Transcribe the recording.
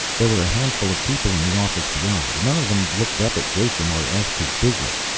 there were a handful of people in the office beyond. none of them looked up at jason or asked his business.